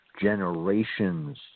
generations